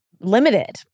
limited